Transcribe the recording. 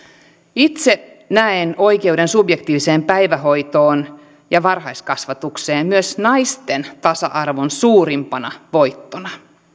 itse näen oikeuden subjektiiviseen päivähoitoon ja varhaiskasvatukseen myös naisten tasa arvon suurimpana voittona